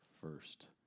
first